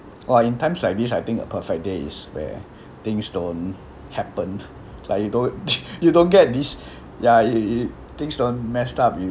oh in times like this I think a perfect day is where things don't happen like you don't you don't get this ya it it it things don't mess up you